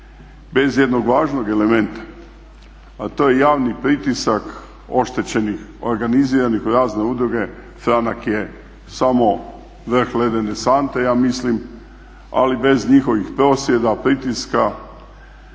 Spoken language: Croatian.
bez jednog važnog elementa, a to je javni pritisak oštećenih organiziranih u razne udruge, Franak je samo vrh ledene sante ja mislim, ali bez njihovih prosvjeda, pritiska